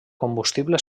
combustible